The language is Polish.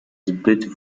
zbyt